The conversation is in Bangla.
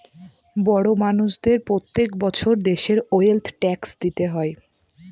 বড় মানষদের প্রত্যেক বছর দেশের ওয়েলথ ট্যাক্স দিতে হয়